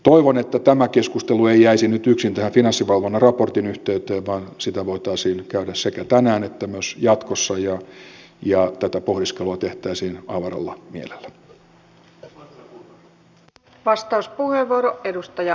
toivon että tämä keskustelu ei jäisi nyt yksin tähän finanssivalvonnan raportin yhteyteen vaan sitä voitaisiin käydä sekä tänään että jatkossa ja tätä pohdiskelua tehtäisiin avaralla mielellä